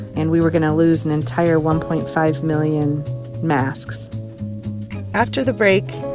and we were going to lose an entire one point five million masks after the break,